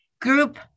group